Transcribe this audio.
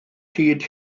hyd